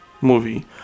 movie